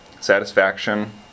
satisfaction